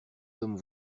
hommes